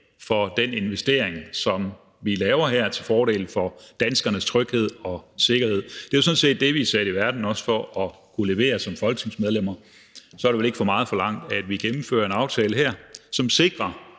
for den investering, som vi laver her, til fordel for danskernes tryghed og sikkerhed. Det er jo sådan set også det, vi er sat i verden for som folketingsmedlemmer at kunne levere, og så er det vel ikke for meget forlangt, at vi gennemfører en aftale her, som sikrer,